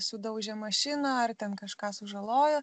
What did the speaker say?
sudaužė mašiną ar ten kažką sužalojo